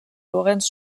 lorenz